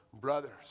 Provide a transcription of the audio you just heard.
brothers